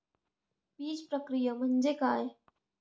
बीजप्रक्रिया म्हणजे काय?